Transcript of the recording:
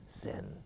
sin